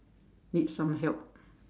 need some help